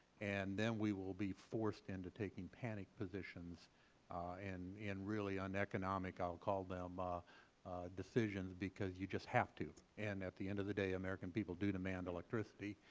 and then we will be forced into taking panic positions and and really on economic, i will call them, ah decisions because you just have to. and at the end of the day, american people do demand electricity,